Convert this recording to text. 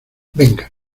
venga